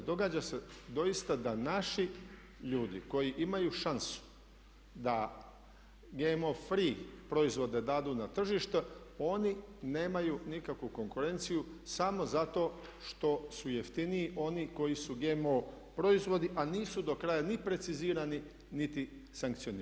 Događa se doista da naši ljudi koji imaju šansu da GMO free proizvode dadu na tržište oni nemaju nikakvu konkurenciju samo zato što su jeftiniji oni koji su GMO proizvodi, a nisu do kraja ni precizirani niti sankcionirani.